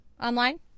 online